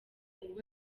ubwo